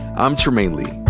i'm trymaine lee,